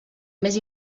més